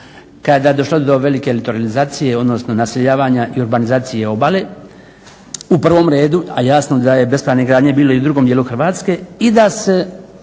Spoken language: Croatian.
kada je došlo do velike teritorijalizacije, naseljavanja i urbanizacije obale u prvom redu. A jasno da je bespravne gradnje bilo i u drugom dijelu Hrvatske i da se,